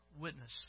witness